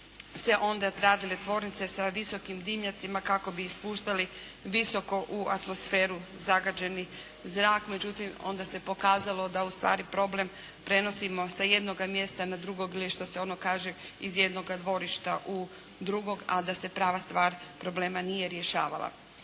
se onda gradile tvornice sa visokim dimnjacima kako bi ispuštali visoko u atmosferu zagađeni zrak. Međutim, onda se pokazalo da u stvari problem prenosimo sa jednoga mjesta na drugo ili što se ono kaže iz jednoga dvorišta u drugo, a da se prava stvar problema nije rješavala.